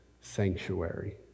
sanctuary